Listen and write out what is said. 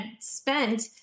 spent